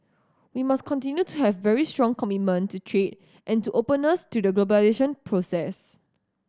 we must continue to have very strong commitment to trade and to openness to the globalisation process